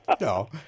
no